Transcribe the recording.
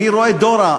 אני רואה "דורה"